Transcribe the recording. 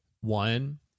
One